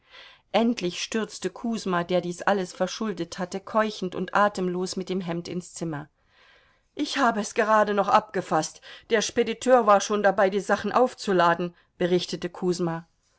endlich stürzte kusma der dies alles verschuldet hatte keuchend und atemlos mit dem hemd ins zimmer ich habe es gerade noch abgefaßt der spediteur war schon dabei die sachen aufzuladen berichtete